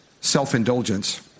self-indulgence